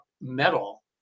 metal